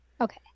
Okay